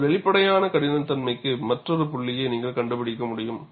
உங்கள் வெளிப்படையான கடினத்தன்மைக்கு மற்றொரு புள்ளியை நீங்கள் கண்டுபிடிக்க முடியும்